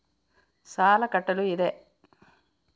ಸಾಲ ಕಟ್ಟಲು ಇದೆ